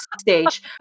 Stage